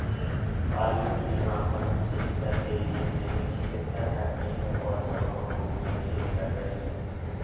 पालतू बीमा पशु चिकित्सा तेजी से महंगी चिकित्सा तकनीकों और दवाओं को नियोजित कर रही है